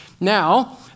Now